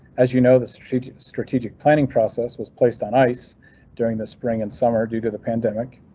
as you know, the strategic strategic planning process was placed on ice during the spring and summer due to the pandemic,